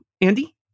Andy